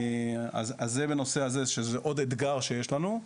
אז זה בנושא הזה, שזה עוד אתגר שיש לנו.